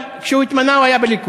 שינוי, אבל כשהוא התמנה הוא היה בליכוד.